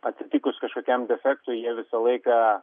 atsitikus kažkokiam defektui jie visą laiką